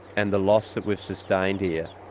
and the loss that we've sustained here,